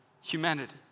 humanity